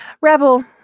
Rebel